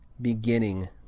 beginning